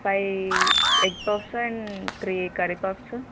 five egg puffs and three curry puffs